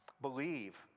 Believe